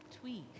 Tweak